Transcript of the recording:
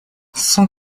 cent